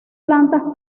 plantas